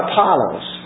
Apollos